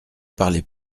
parlez